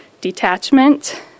Detachment